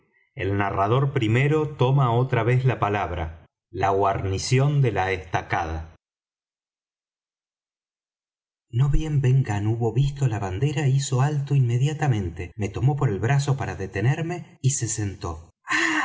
el narrador primero toma otra vez la palabra la guarnición de la estacada no bien ben gunn hubo visto la bandera hizo alto inmediatamente me tomó por el brazo para detenerme y se sentó